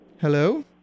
Hello